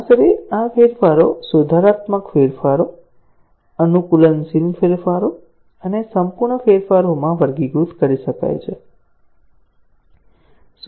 આશરે આ ફેરફારો સુધારાત્મક ફેરફારો અનુકૂલનશીલ ફેરફારો અને સંપૂર્ણ ફેરફારોમાં વર્ગીકૃત કરી શકાય છે